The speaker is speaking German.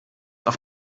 auf